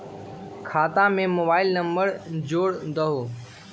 खाता में mobile number जोड़ दहु?